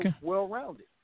well-rounded